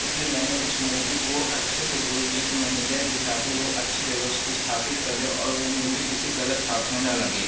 इसलिए मैंने उस मूर्ति को अच्छे से गुरुजी को मैंने दे दी ताकि वह अच्छी जगह उसको स्थापित कर दें और वह मूर्ति किसी गलत हाथ में न लगे